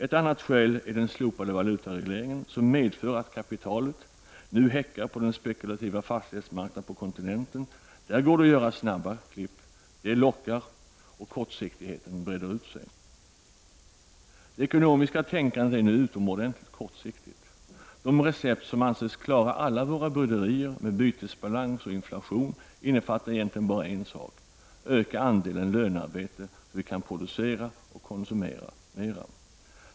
Ett annat skäl är den slopade valutaregleringen, som medför att kapitalet nu häckar på den spekulativa fastighetsmarknaden på kontinenten. Där går det att göra snabba klipp. Det lockar, och kortsiktigheten breder ut sig. Det ekonomiska tänkandet är nu utomordentligt kortsiktigt. De recept som anses klara alla våra bryderier med bytesbalans och inflation innefattar egentligen bara en sak: Öka andelen lönearbete så att vi kan producera och konsumera mera.